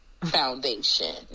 foundation